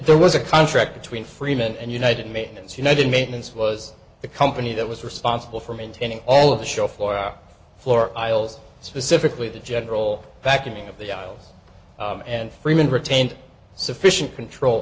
there was a contract between freeman and united maintenance united maintenance was the company that was responsible for maintaining all of the show for our floor tiles specifically the general vacuuming of the aisles and freeman retained sufficient control